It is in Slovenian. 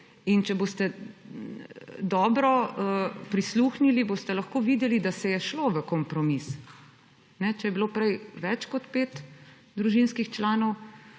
in če boste dobro prisluhnili, boste lahko videli, da se je šlo v kompromis. Če je bilo prej več kot pet družinskih članov,